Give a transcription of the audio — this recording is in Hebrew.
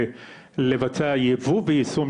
לבצע ייבוא ויישום